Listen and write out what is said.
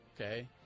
okay